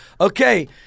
okay